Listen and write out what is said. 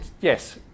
Yes